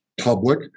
public